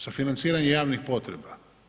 Za financiranje javnih potreba.